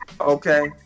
Okay